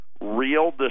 real